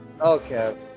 Okay